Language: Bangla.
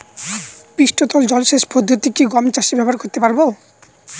পৃষ্ঠতল জলসেচ পদ্ধতি কি গম চাষে ব্যবহার করতে পারব?